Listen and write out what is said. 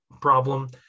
problem